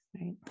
right